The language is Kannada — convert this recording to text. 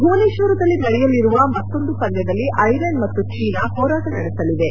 ಭುವನೇಶ್ವರದಲ್ಲಿ ನಡೆಯಲಿರುವ ಮತ್ತೊಂದು ಪಂದ್ಯದಲ್ಲಿ ಐರ್ಲೆಂಡ್ ಮತ್ತು ಚೀನಾ ಹೋರಾಟ ನಡೆಸಲಿವೆ